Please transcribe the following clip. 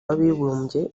w’abibumbye